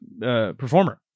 performer